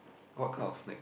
what kind of snack